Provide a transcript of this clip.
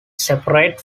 separate